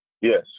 Yes